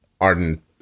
Arden